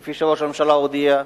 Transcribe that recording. כפי שראש הממשלה הודיע.